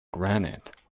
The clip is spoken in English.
granite